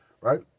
right